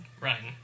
Ryan